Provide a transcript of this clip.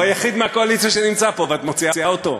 הוא היחיד מהקואליציה שנמצא פה ואת מוציאה אותו?